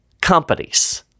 companies